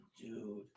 dude